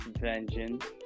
Vengeance